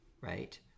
right